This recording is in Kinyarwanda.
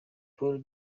paul